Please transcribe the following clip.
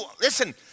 listen